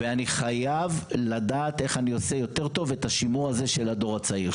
ואני חייב לדעת איך אני עושה יותר טוב את השימור הזה של הדור הצעיר.